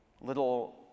little